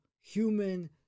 human